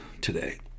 today